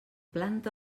planta